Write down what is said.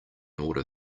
order